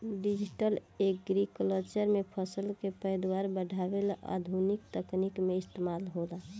digital agriculture में फसल के पैदावार बढ़ावे ला आधुनिक तकनीक के इस्तमाल होला